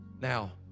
Now